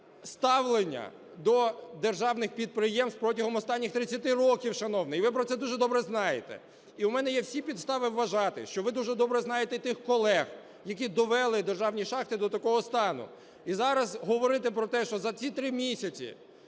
ставлення до держаних підприємств протягом останніх 30 років, шановний, і ви про це дуже добре знаєте. І у мене є всі підстави вважати, що ви дуже добре знаєте тих колег, які довели державні шахти до такого стану. І зараз говорити про те, що за ці 3 місяці